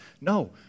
no